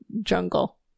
jungle